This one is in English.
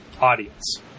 audience